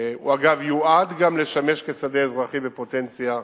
הוא אגב יועד גם לשמש שדה אזרחי בפוטנציה,